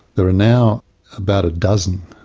there are now about a dozen,